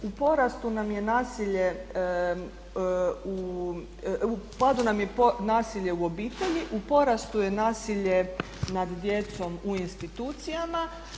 U porastu nam je nasilje, u padu nam je nasilje u obitelji, u porastu je nasilje nad djecom u institucijama.